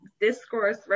discourse